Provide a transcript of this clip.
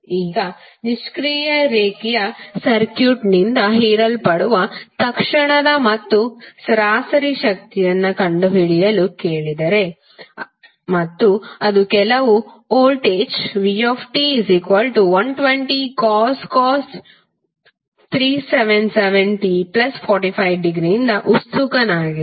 ಈಗ ನಿಷ್ಕ್ರಿಯ ರೇಖೀಯ ಸರ್ಕ್ಯೂಟ್ನಿಂದ ಹೀರಲ್ಪಡುವ ತಕ್ಷಣದ ಮತ್ತು ಸರಾಸರಿ ಶಕ್ತಿಯನ್ನು ಕಂಡುಹಿಡಿಯಲು ಕೇಳಿದರೆ ಮತ್ತು ಅದು ಕೆಲವು ವೋಲ್ಟೇಜ್ vt120cos 377t45° ನಿಂದ ಉತ್ಸುಕನಾಗಿದೆ